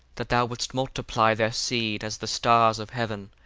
that thou wouldest multiply their seed as the stars of heaven,